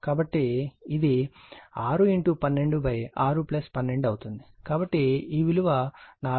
కాబట్టి ఇది 6 126 12 అవుతుంది కాబట్టి ఈ విలువ 4 మైక్రోఫారడ్ అవుతుంది